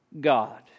God